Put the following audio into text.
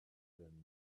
than